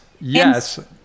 yes